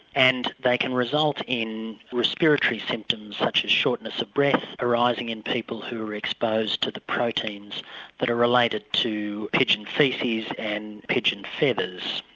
and they can result in respiratory symptoms such as shortness of breath arising in people who are exposed to the proteins that are related to pigeon faeces and pigeon feathers.